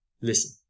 listen